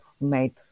made